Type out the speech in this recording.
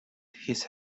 his